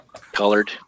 Colored